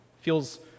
feels